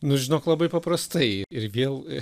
nu žinok labai paprastai ir vėl